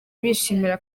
bishimira